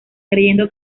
creyendo